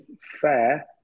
fair